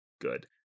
good